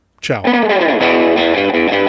Ciao